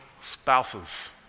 spouses